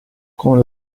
con